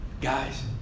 Guys